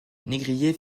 négrier